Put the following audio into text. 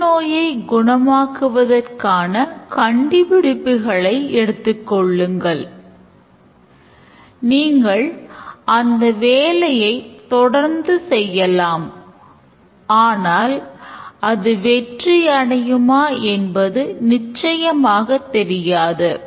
புற்றுநோயை குணமாக்குவதற்கான கண்டுபிடிப்புகளை எடுத்துக்கொள்ளுங்கள் நீங்கள் அந்த வேலையைத் தொடர்ந்து செய்யலாம் ஆனால் அது வெற்றி அடையுமா என்பது நிச்சயமாகத் தெரியாது